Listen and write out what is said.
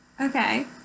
Okay